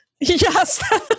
Yes